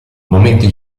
momenti